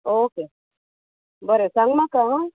okay बरें सांग म्हाका आ